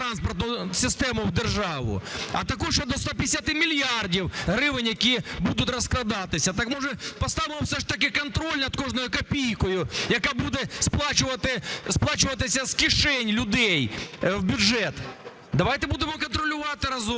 а також 150 мільярдів гривень, які будуть розкрадатися? Так, може, поставимо все ж таки контроль над кожною копійкою, яка буде сплачуватися з кишені людей в бюджет? Давайте будемо контролювати разом,